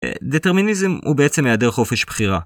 דטרמיניזם הוא בעצם היעדר חופש בחירה.